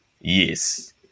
Yes